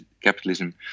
capitalism